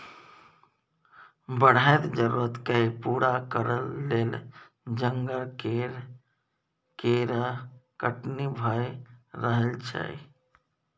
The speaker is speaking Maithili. बढ़ैत जरुरत केँ पूरा करइ लेल जंगल केर कटनी भए रहल छै